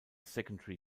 secondary